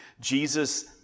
Jesus